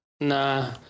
nah